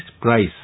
price